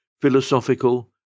Philosophical